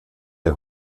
der